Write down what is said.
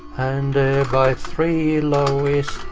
and byte three low is.